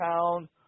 town